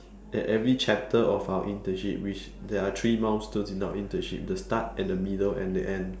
at every chapter of our internship which there are three milestones in our internship the start and the middle and the end